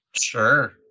Sure